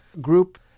group